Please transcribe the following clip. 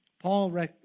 Paul